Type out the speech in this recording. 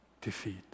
defeat